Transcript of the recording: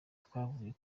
twavuye